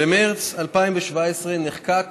במרס 2017 נחקק